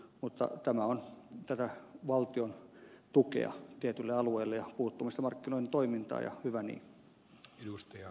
mutta tämä on tätä valtion tukea tietyille alueille ja puuttumista markkinoiden toimintaan ja hyvä niin